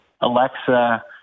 Alexa